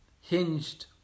hinged